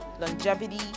longevity